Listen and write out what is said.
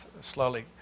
slowly